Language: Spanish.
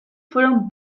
fueron